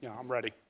yeah um ready.